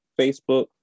Facebook